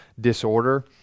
disorder